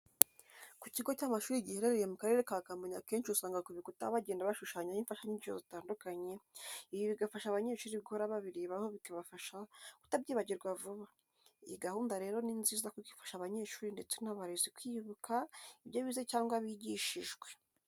Ku kigo cy'amashuri giherereye mu Karere ka Kamonyi akenshi usanga ku bikuta bagenda bashushanyaho imfashanyigisho zitandukanye, ibi bigafasha abanyeshuri guhora babirebaho bikabafasha kutabyibagirwa vuba, iyi gahunda rero ni nziza kuko ifasha abanyeshuri ndetse n'abarezi kwibuka ibyo bize cyangwa bigishijwe.